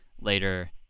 later